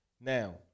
Now